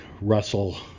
Russell